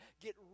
Get